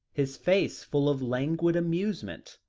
his face full of languid amusement,